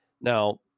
Now